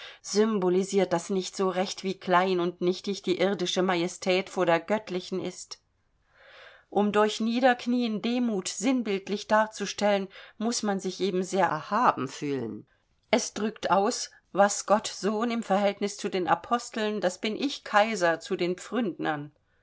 symbolisiert das nicht so recht wie klein und nichtig die irdische majestät vor der göttlichen ist um durch niederknieen demut sinnbildlich darzustellen muß man sich eben sehr erhaben fühlen es drückt aus was gott sohn im verhältnis zu den aposteln das bin ich kaiser zu pfründnern